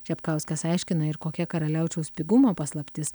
čepkauskas aiškina ir kokia karaliaučiaus pigumo paslaptis